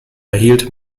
erhielt